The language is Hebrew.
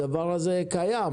הדבר הזה קיים.